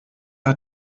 hat